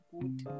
good